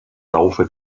laufe